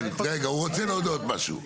כן, רגע, הוא רוצה להודות משהו.